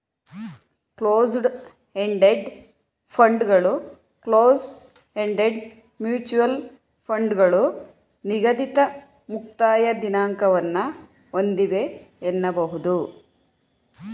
closed ended ಫಂಡ್ಗಳು close ended mutual ಫಂಡ್ಗಳು ನಿಗದಿತ ಮುಕ್ತಾಯ ದಿನಾಂಕವನ್ನ ಒಂದಿವೆ ಎನ್ನಬಹುದು